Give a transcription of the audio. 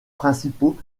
principaux